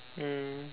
mm